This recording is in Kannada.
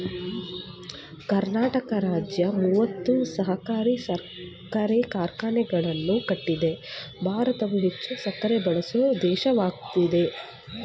ಕರ್ನಾಟಕ ರಾಜ್ಯ ಮೂವತ್ತು ಸಹಕಾರಿ ಸಕ್ಕರೆ ಕಾರ್ಖಾನೆಗಳನ್ನು ಕಟ್ಟಿದೆ ಭಾರತವು ಹೆಚ್ಚು ಸಕ್ಕರೆ ಬಳಸೋ ದೇಶವಾಗಯ್ತೆ